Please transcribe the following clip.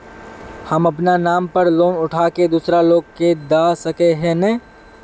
हम अपना नाम पर लोन उठा के दूसरा लोग के दा सके है ने